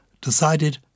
decided